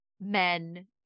men